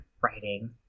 writing